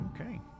Okay